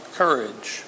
courage